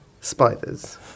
spiders